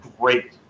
great